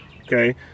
Okay